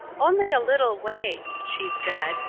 only a little way, she said,